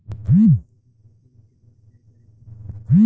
आलू के खेती में केतना सिंचाई करे के होखेला?